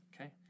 Okay